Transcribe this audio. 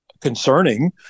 concerning